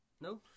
No